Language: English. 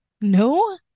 No